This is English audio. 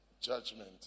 judgment